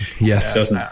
Yes